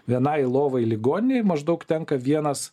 vienai lovai ligoninėje maždaug tenka vienas